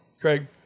Craig